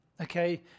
Okay